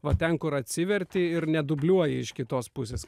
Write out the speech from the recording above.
va ten kur atsiverti ir nedubliuoji iš kitos pusės